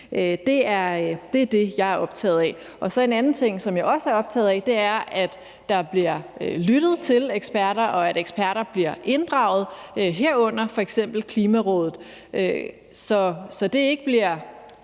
Det er det, jeg er optaget af. Så er der en anden ting, som jeg også er optaget af. Det er, at der bliver lyttet til eksperter, og at eksperter bliver inddraget, herunder f.eks. Klimarådet, så det ikke bliver